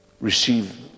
receive